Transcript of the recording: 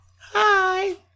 hi